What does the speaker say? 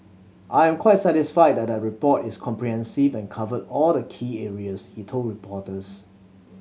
I am quite satisfied that the report is comprehensive and covered all the key areas he told reporters